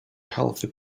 healthy